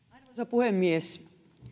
puhemies